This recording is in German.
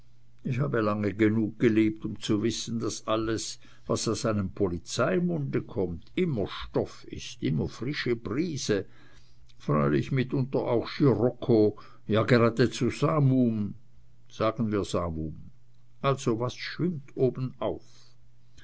ich habe lange genug gelebt um zu wissen daß alles was aus einem polizeimunde kommt immer stoff ist immer frische brise freilich mitunter auch scirocco ja geradezu samum sagen wir samum also was schwimmt obenauf